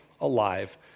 alive